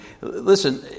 Listen